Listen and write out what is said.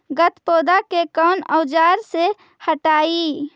गत्पोदा के कौन औजार से हटायी?